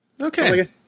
Okay